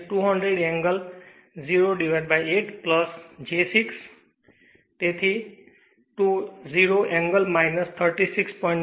તેથી 200 angle 0 o8 j 6 છે તેથી તે E20 angle 36